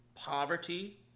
Poverty